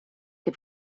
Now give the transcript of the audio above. die